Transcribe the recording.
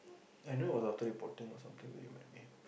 I know was after reporting or something that you met me